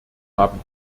haben